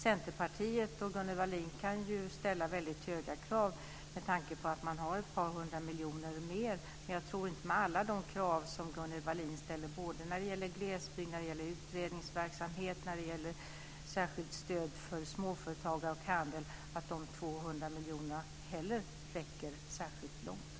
Centerpartiet och Gunnel Wallin kan ju ställa väldigt höga krav med tanke på att ni har ett par hundra miljoner mer. Men med alla de krav som Gunnel Wallin ställer när det gäller glesbygd, utredningsverksamhet, särskilt stöd för småföretag och handel tror jag nog inte att de 200 miljonerna räcker särskilt långt.